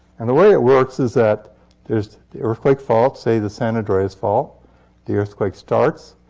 and the way it works is that there's the earthquake fault say the san andreas fault the earthquake starts.